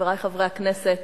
חברי חברי הכנסת,